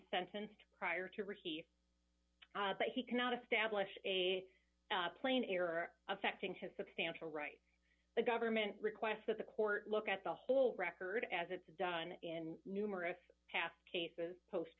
sentenced prior to receive but he cannot establish a plain error affecting his substantial right the government requests that the court look at the whole record as it's done in numerous past cases post